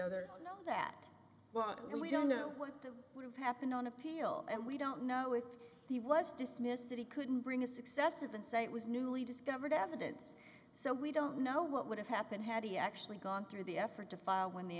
other that well we don't know what that would have happened on a pale and we don't know if he was dismissed that he couldn't bring a successive insight was newly discovered evidence so we don't know what would have happened had he actually gone through the effort to file when the